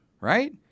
Right